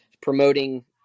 promoting